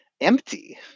empty